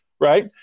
right